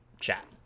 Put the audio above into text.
chat